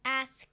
ask